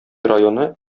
районы